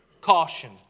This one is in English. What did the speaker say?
caution